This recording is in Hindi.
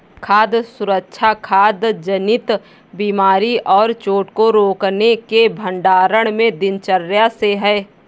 खाद्य सुरक्षा खाद्य जनित बीमारी और चोट को रोकने के भंडारण में दिनचर्या से है